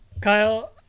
kyle